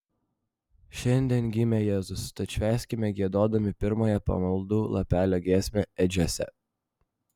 šiandien gimė jėzus tad švęskime giedodami pirmąją pamaldų lapelio giesmę ėdžiose